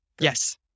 Yes